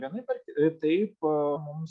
vienaip ar kitaip mums